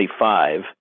25